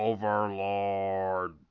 Overlord